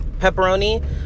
pepperoni